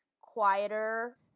quieter